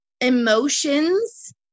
emotions